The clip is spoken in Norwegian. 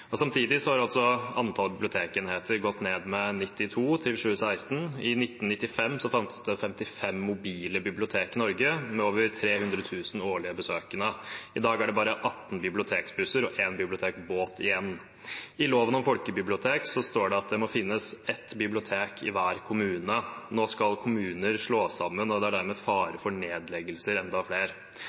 Samtidig har altså antall bibliotekenheter gått ned med 92 fram til 2016. I 1995 fantes det 55 mobile bibliotek i Norge med over 300 000 besøkende årlig. I dag er det bare 18 bibliotekbusser og én bibliotekbåt igjen. I Lov om folkebibliotek står det at det må finnes ett bibliotek i hver kommune. Nå skal kommuner slås sammen, og det er dermed fare for nedleggelse av enda